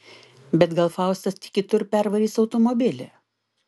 bet gal faustas tik kitur pervarys automobilį